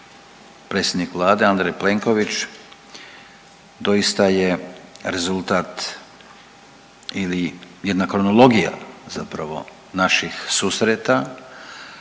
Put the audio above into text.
predsjednik Vlade Andrej Plenković doista je rezultat ili jedna kronologija zapravo naših susreta,